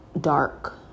dark